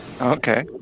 Okay